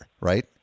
right